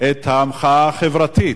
את המחאה החברתית.